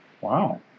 Wow